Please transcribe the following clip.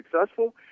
successful